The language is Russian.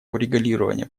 урегулирование